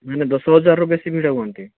ମାନେ ଦଶ ହଜାରରୁ ବେଶି ଭିଡ଼ ହୁଅନ୍ତି